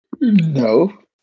no